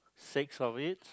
six of it